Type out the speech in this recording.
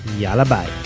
yalla bye